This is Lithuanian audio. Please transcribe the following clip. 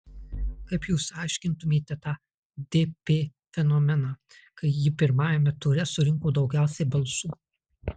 kaip jūs aiškintumėte tą dp fenomeną kai ji pirmajame ture surinko daugiausiai balsų